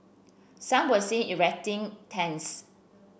some were seen erecting tents